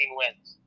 wins